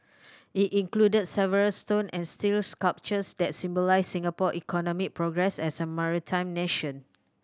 it includes several stone and steel sculptures that symbolise Singapore economic progress as a maritime nation